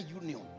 union